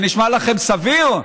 זה נשמע לכם סביר?